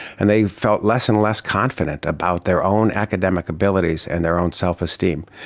and they felt less and less confident about their own academic abilities and their own self-esteem.